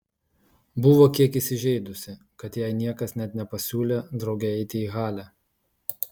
buvo kiek įsižeidusi kad jai niekas net nepasiūlė drauge eiti į halę